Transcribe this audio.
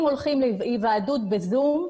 אם הולכים להיוועדות ב-זום,